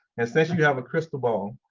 essentially you have a crystal ball.